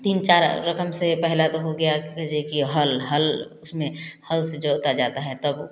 तीन चार रकम से पहला तो हो गया जे कि हल हल उसमें हल से जोता जाता है तब